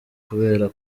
kubera